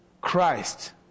christ